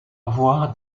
avoir